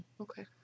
Okay